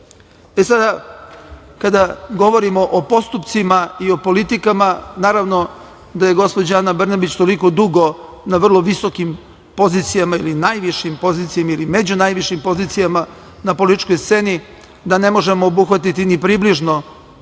je dobro. Kada govorimo o postupcima i o politikama, naravno da je gospođa Ana Brnabić toliko dugo na vrlo visokim pozicijama ili najvišim pozicijama ili među najvišim pozicijama na političkoj sceni, da ne možemo obuhvatiti ni približno